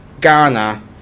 Ghana